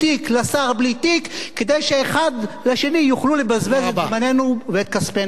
לשר בלי תיק כדי שאחד לשני יוכלו לבזבז את זמננו ואת כספנו יחד.